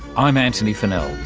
i'm antony funnell.